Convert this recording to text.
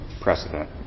precedent